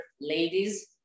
ladies